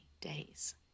days